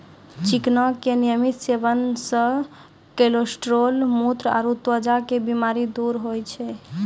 चिकना के नियमित सेवन से कोलेस्ट्रॉल, मुत्र आरो त्वचा के बीमारी दूर होय छै